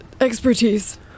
expertise